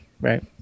right